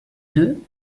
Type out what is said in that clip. deux